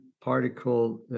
particle